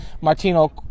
Martino